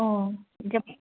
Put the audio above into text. অঁ এনেকৈ